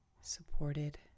supported